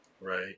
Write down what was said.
Right